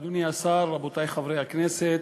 אדוני השר, רבותי חברי הכנסת,